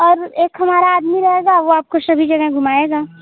और एक हमारा आदमी रहेगा वह आपको सभी जगह घूमाएगा